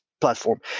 platform